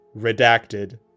Redacted